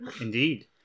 Indeed